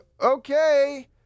okay